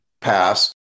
pass